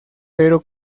pero